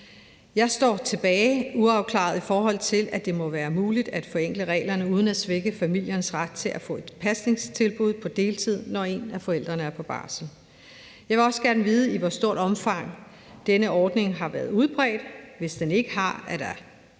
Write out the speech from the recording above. Jeg står tilbage uafklaret, i forhold til at det må være muligt at forenkle reglerne uden at svække familiernes ret til at få et pasningstilbud på deltid, når en af forældrene er på barsel. Jeg vil også gerne vide, i hvor stort omfang denne ordning har været udbredt. Hvis den ikke har, er